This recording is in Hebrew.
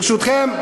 ברשותכם,